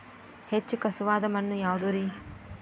ಹೆಚ್ಚು ಖಸುವಾದ ಮಣ್ಣು ಯಾವುದು ರಿ?